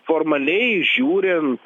formaliai žiūrint